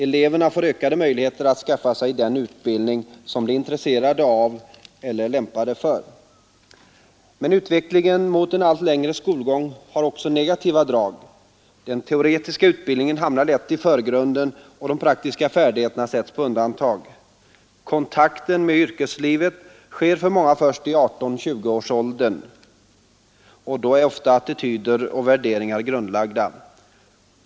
Eleverna får ökade möjligheter att skaffa sig den utbildning som de är intresserade av och lämpade för. Men utvecklingen mot en allt längre skolgång har också negativa drag. Den teoretiska utbildningen hamnar lätt i förgrunden, och de praktiska färdigheterna sätts på undantag. Kontakten med yrkeslivet sker för många först i 18—20-årsåldern, och då är ofta attityder och värderingar grundlagda.